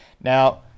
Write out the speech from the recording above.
now